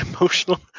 emotional